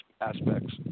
aspects